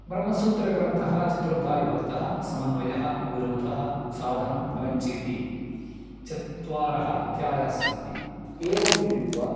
ब्रह्मसूत्रग्रन्थः चतुर्धा विभक्तः समन्वयः अविरोधः साधनं फलं चेति चत्वारः अध्यायाः सन्ति एवं मिलित्वा